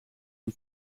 een